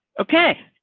okay.